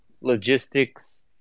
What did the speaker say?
logistics